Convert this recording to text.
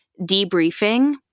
debriefing